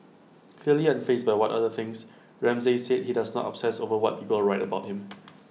clearly unfazed by what others think Ramsay said he does not obsess over what people write about him